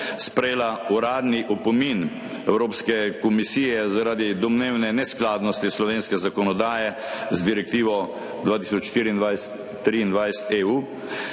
sprejela uradni opomin Evropske komisije zaradi domnevne neskladnosti slovenske zakonodaje z Direktivo 2014/23/EU